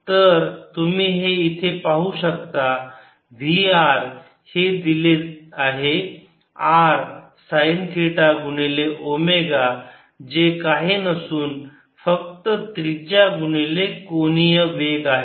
तर तुम्ही इथे पाहू शकता V r हे दिले आहे r साईन थिटा गुणिले ओमेगा जे काही नसून फक्त त्रिज्या गुणिले कोणीय वेग आहे